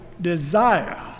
desire